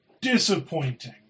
Disappointing